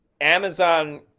Amazon